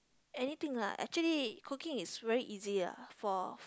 anything lah actually cooking is very easy lah for